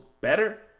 better